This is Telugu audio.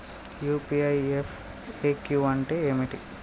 యూ.పీ.ఐ ఎఫ్.ఎ.క్యూ అంటే ఏమిటి?